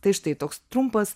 tai štai toks trumpas